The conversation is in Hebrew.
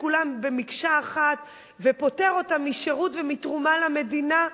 כולם במקשה אחת ופוטר אותם משירות ומתרומה למדינה,